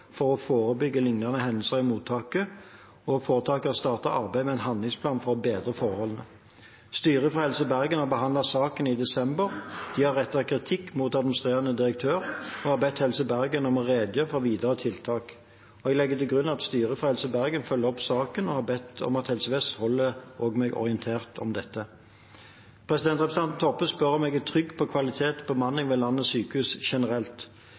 for å forebygge liknende hendelser i mottaket, og foretaket har startet arbeidet med en handlingsplan for å bedre forholdene. Styret for Helse Bergen behandlet saken i desember. De har rettet kritikk mot administrerende direktør og har bedt Helse Bergen om å redegjøre for videre tiltak. Jeg legger til grunn at styret for Helse Bergen følger opp saken, og har bedt om at Helse Vest holder meg orientert om dette. Representanten Toppe spør om jeg er trygg på kvaliteten og bemanningen ved landets sykehus generelt.